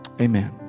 Amen